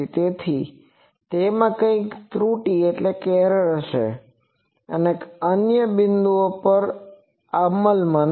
તેથી તેમાં કેટલીક ત્રુટી હશે કારણ કે અન્ય બિંદુઓ પર તે અમલમાં નથી